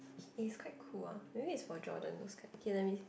eh is quite cool ah maybe is for Jordan those kind okay let me